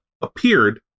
appeared